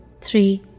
three